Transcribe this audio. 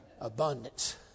Abundance